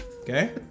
Okay